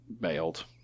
bailed